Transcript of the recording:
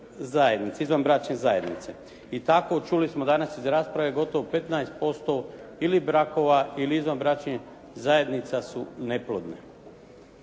izvanbračne zajednice. I tako čuli smo danas iz rasprave gotovo 15% ili brakova ili izvanbračnih zajednica su neplodne.